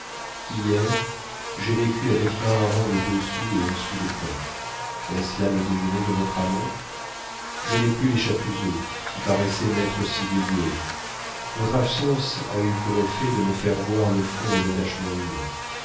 hier j'ai vécu avec un hareng de deux sous et un sou de pain est-ce là le déjeuner de votre amante je n'ai plus les chapuzot qui paraissaient m'être si dévoués votre absence a eu pour effet de me faire voir le fond des attachements humains